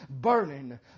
burning